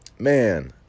Man